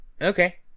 Okay